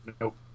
Nope